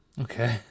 Okay